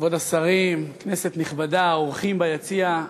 כבוד השרים, כנסת נכבדה, האורחים ביציע,